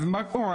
אז מה קורה?